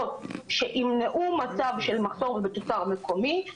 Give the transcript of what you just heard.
שימנעו מצב של מחסור בתוצר מקומי,